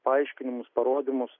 paaiškinimus parodymus